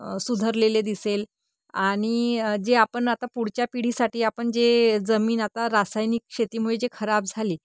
सुधारलेले दिसेल आणि जे आपण आता पुढच्या पिढीसाठी आपण जे जमीन आता रासायनिक शेतीमुळे जे खराब झाली